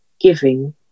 giving